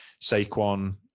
Saquon